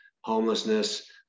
homelessness